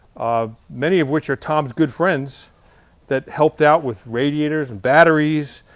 many of which are tom's good friends that helped out with radiators and batteries,